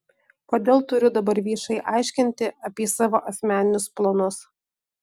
kodėl turiu dabar viešai aiškinti apie savo asmeninius planus